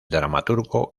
dramaturgo